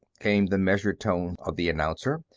came the measured tones of the announcer,